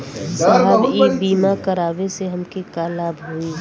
साहब इ बीमा करावे से हमके का लाभ होई?